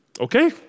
Okay